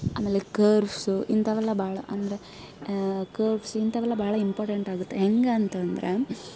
ಆಮೇಲೆ ಕರ್ವ್ಸು ಇಂಥವೆಲ್ಲ ಭಾಳ ಅಂದರೆ ಕರ್ವ್ಸ್ ಇಂಥವೆಲ್ಲ ಭಾಳ ಇಂಪೋರ್ಟೆಂಟ್ ಆಗುತ್ತೆ ಹೆಂಗಂತ ಅಂದ್ರೆ